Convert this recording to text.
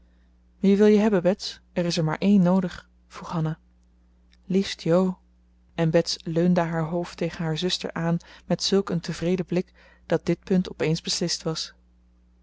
wie wil je hebben bets er is er maar één noodig vroeg hanna liefst jo en bets leunde haar hoofd tegen haar zuster aan met zulk een tevreden blik dat dit punt op eens beslist was